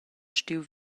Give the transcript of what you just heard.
stuiu